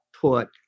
put